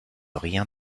rien